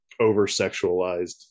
over-sexualized